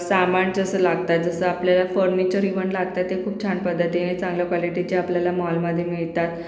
सामान जसं लागतात जसं आपल्याला फर्निचर इवन लागतं ते खूप छान पद्धतीने चांगल्या क्वालिटीचे आपल्याला मॉलमध्ये मिळतात